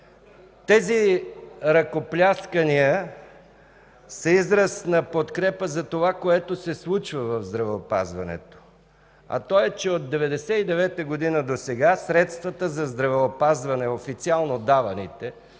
Тези ръкопляскания са израз на подкрепа за това, което се случва в здравеопазването, а то е, че от 1999 г. досега средствата за здравеопазване, официално даваните,